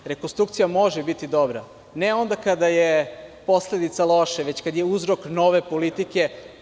Rekonstrukcija može biti dobra ne onda kada je posledica loše, već kada je uzrok nove politike.